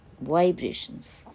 Vibrations